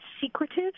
secretive